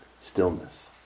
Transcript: stillness